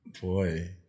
boy